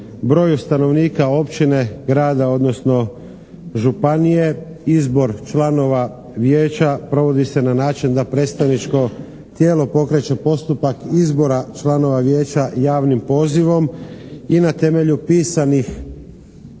broju stanovnika općine, grada, odnosno županije. Izbor članova vijeća provodi se na način da predstavničko tijelo pokreće postupak izbora članova vijeća javnim pozivom i na temelju pisanih